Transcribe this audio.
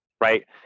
Right